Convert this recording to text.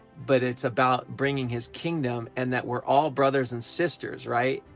but it's about bringing his kingdom and that we're all brothers and sisters right!